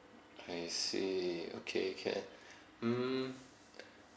I see okay can mm